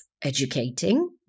educating